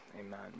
Amen